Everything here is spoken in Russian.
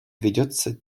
ведется